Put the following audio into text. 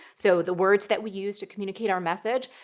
so the words that we use to communicate our message,